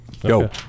Go